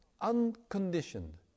unconditioned